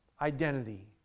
identity